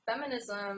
feminism